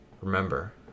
Remember